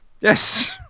Yes